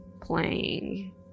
playing